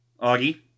Augie